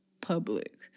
public